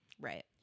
right